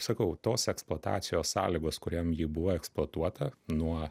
sakau tos eksploatacijos sąlygos kuriam ji buvo eksploatuota nuo